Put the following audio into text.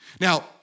Now